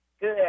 Good